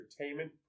entertainment